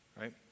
right